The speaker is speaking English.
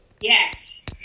Yes